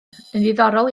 ddiddorol